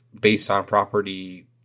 based-on-property